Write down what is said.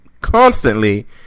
constantly